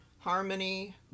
harmony